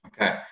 Okay